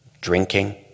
drinking